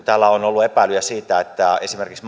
täällä on ollut epäilyjä että esimerkiksi